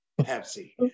Pepsi